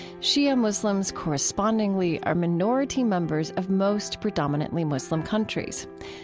shia muslims correspondingly are minority members of most predominantly muslim countries.